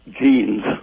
genes